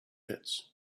pits